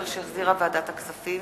2010, שהחזירה ועדת הכספים,